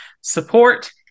support